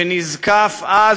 שנזקף אז,